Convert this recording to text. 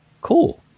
cool